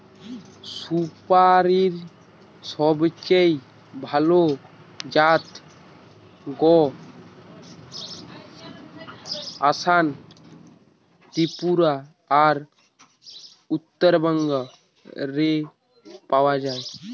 সুপারীর সবচেয়ে ভালা জাত গা আসাম, ত্রিপুরা আর উত্তরবঙ্গ রে পাওয়া যায়